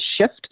shift